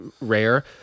rare